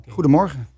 Goedemorgen